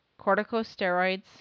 corticosteroids